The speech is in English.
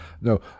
no